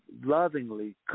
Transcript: lovingly